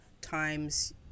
times